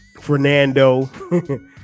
Fernando